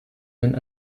sind